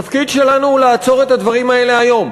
התפקיד שלנו הוא לעצור את הדברים האלה היום,